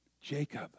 Jacob